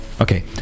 okay